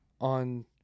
on